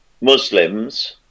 Muslims